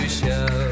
show